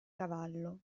cavallo